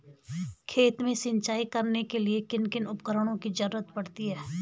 खेत में सिंचाई करने के लिए किन किन उपकरणों की जरूरत पड़ती है?